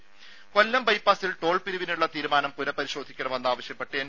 ദേദ കൊല്ലം ബൈപാസ്സിൽ ടോൾ പിരിവിനുളള തീരുമാനം പുനപരിശോധിക്കണമെന്ന് ആവശ്യപ്പെട്ട് എൻ